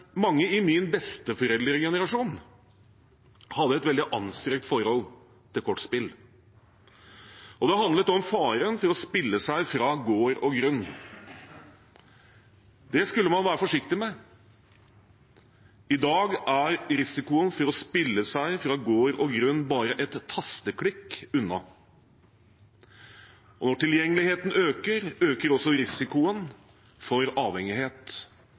mange i min besteforeldregenerasjon hadde et veldig anstrengt forhold til kortspill, og det handlet om faren for å spille seg fra gård og grunn. Det skulle man være forsiktig med. I dag er risikoen for å spille seg fra gård og grunn bare et tasteklikk unna. Når tilgjengeligheten øker, øker også risikoen for avhengighet.